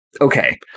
Okay